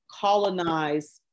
colonize